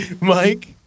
Mike